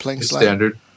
Standard